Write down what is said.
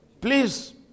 Please